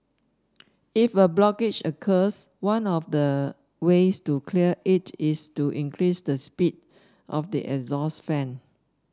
if a blockage occurs one of the ways to clear it is to increase the speed of the exhaust fan